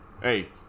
Hey